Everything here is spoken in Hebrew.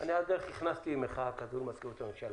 על הדרך אני הכנסתי מחאה כזו על מזכירות הממשלה.